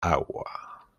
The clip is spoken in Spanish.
agua